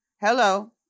Hello